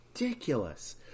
ridiculous